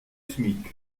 smic